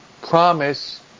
promise